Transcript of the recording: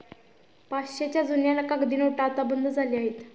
पाचशेच्या जुन्या कागदी नोटा आता बंद झाल्या आहेत